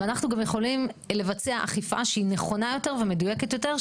ואנחנו גם יכולים לבצע אכיפה שהיא נכונה יותר ומדויקת יותר,